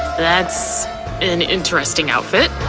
that's an interesting outfit,